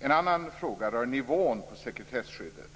En annan fråga rör nivån på sekretesskyddet.